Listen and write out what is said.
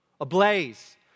ablaze